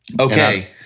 Okay